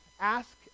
ask